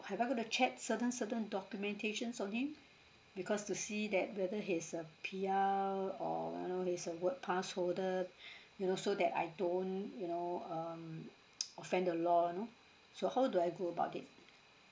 have I got to check certain certain documentations on him because to see that whether he's a P_R or you know he's a work pass holder you know so that I don't you know um offend the law you know so how do I go about it